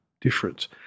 difference